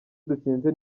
dutsinze